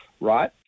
right